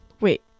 Wait